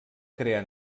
crear